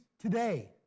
today